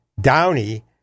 Downey